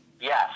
Yes